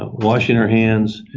ah washing our hands,